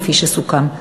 כפי שסוכם.